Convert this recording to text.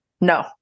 no